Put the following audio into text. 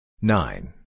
Nine